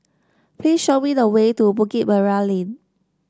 please show me the way to Bukit Merah Lane